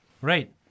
Right